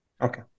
Okay